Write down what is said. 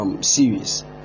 series